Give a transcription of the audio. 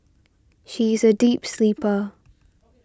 she is a deep sleeper